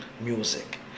music